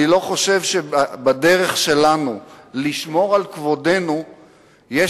אני לא חושב שבדרך שלנו לשמור על כבודנו יש